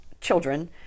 children